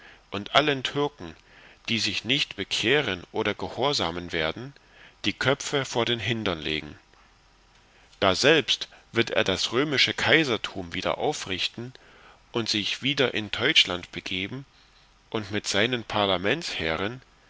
und allen türken die sich nicht bekehren oder gehorsamen werden die köpfe vor den hindern legen daselbst wird er das römische kaisertum wieder aufrichten und sich wieder in teutschland begeben und mit seinen